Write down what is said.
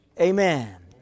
amen